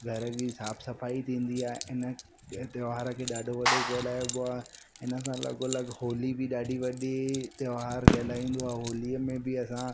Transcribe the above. घर जी साफ़ सफ़ाई थींदी आहे इन त्योहार खे ॾाढो वॾो कहलाइबो आहे हिनसां लॻो लॻ होली बि ॾाढी वॾी त्योहारु कहलाईंदो आहे होलीअ में बि असां